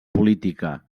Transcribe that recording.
política